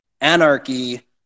anarchy